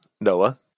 Noah